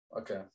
Okay